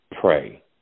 Pray